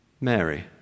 Mary